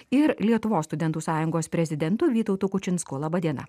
ir lietuvos studentų sąjungos prezidentu vytautu kučinsku laba diena